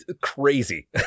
crazy